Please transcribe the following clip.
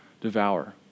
devour